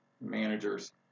managers